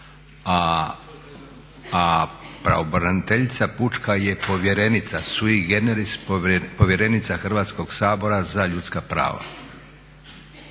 A pravobraniteljica pučka je povjerenica sui generis povjerenica Hrvatskog sabora za ljudska prava.